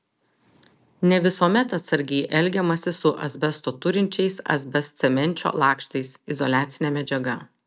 ne visuomet atsargiai elgiamasi su asbesto turinčiais asbestcemenčio lakštais izoliacine medžiaga